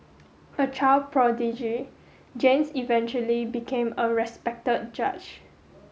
a child prodigy James eventually became a respected judge